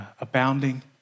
abounding